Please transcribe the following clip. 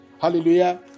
Hallelujah